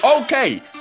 Okay